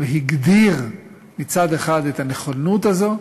והגדיר מצד אחד את הנכונות הזאת,